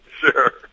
Sure